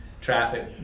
Traffic